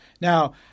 Now